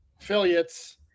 affiliates